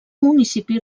municipi